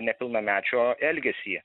nepilnamečio elgesį